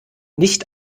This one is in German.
nicht